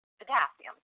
potassium